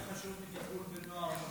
יותר חשוב מטיפול בנוער נושר.